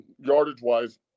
yardage-wise